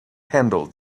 handle